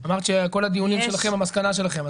אמרת שזו המסקנה שלכם בעקבות דיונים שערכתם,